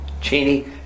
Cheney